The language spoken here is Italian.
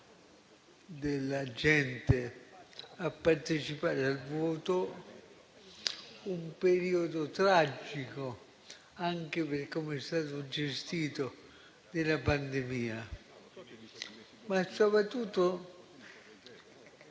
della gente a partecipare al voto; un periodo tragico, anche per come è stato gestito, della pandemia. Ma soprattutto